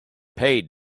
paid